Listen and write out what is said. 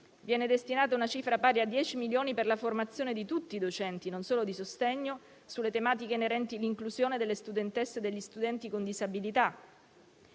Viene destinata una cifra pari a 10 milioni di euro per la formazione di tutti i docenti, non solo di sostegno, sulle tematiche inerenti all'inclusione delle studentesse e degli studenti con disabilità.